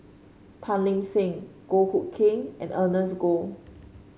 Tan Lip Seng Goh Hood Keng and Ernest Goh